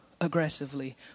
aggressively